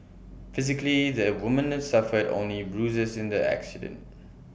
physically the woman suffered only bruises in the accident